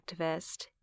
activist